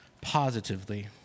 positively